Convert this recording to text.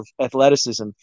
athleticism